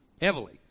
heavily